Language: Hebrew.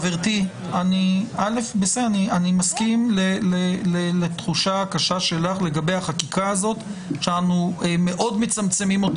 אני מסכים לתחושה הקשה שלך לגבי החקיקה הזאת שאנחנו מאוד מצמצמים אותה